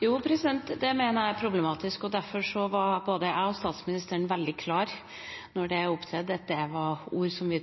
Jo, det mener jeg er problematisk. Derfor var både jeg og statsministeren veldig klare, da dette var oppe, på at dette var ord som vi